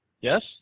Yes